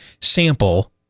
sample